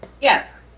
Yes